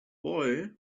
boy